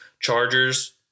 Chargers